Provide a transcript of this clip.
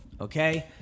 Okay